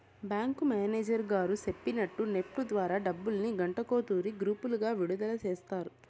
bank manager గారు సెప్పినట్టు NEFT ద్వారా డబ్బుల్ని గంటకో తూరి గ్రూపులుగా విడదల సేస్తారు